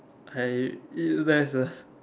hire you there's a